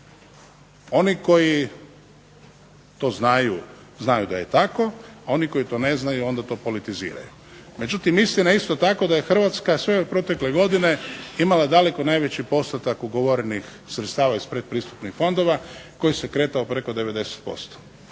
Oni koji to znaju, znaju da je to tako, oni koji ne znaju onda to politiziraju, međutim istina je isto tako da je Hrvatska sve ove protekle godine imala najveći postotak ugovorenih sredstava iz pretpristupnih fondova koji se kretao preko 90%.